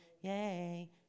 Yay